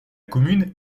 commune